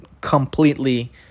completely